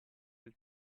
del